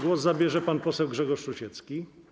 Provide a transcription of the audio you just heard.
Głos zabierze pan poseł Grzegorz Rusiecki.